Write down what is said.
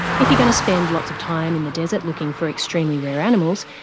if you're going to spend lots of time in the desert looking for extremely rare animals,